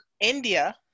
India